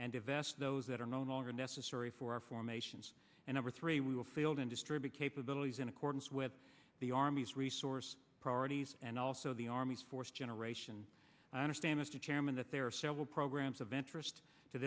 and invest those that are no longer necessary for our formations and over three we will field and distribute capabilities in accordance with the army's resource priorities and also the army's fourth generation i understand mr chairman that there are several programs of interest to